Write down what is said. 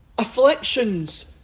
afflictions